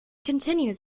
continues